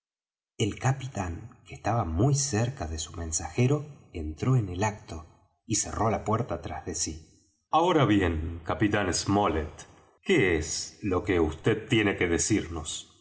el capitán que estaba muy cerca de su mensajero entró en el acto y cerró la puerta tras de sí ahora bien capitán smollet qué es lo que vd tiene que decirnos